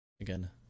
again